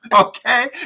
okay